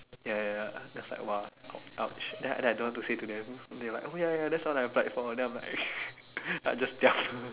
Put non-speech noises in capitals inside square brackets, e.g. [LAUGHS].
ya ya ya that's like !wah! !ouch! then then I don't want to say to them they like oh ya ya that's what I applied for then I was like [LAUGHS] I just tell